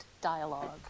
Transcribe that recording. dialogue